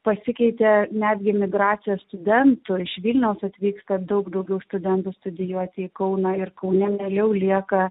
pasikeitė netgi migracija studentų iš vilniaus atvyksta daug daugiau studentų studijuoti į kauną ir kaune mieliau lieka